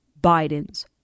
Biden's